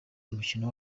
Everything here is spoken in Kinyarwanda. umukino